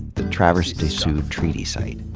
the traverse des sioux treaty site.